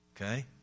Okay